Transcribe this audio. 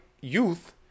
youth